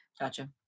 Gotcha